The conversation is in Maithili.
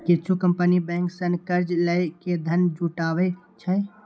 किछु कंपनी बैंक सं कर्ज लए के धन जुटाबै छै